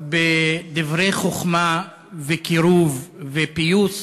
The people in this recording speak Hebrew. בדברי חוכמה וקירוב ופיוס,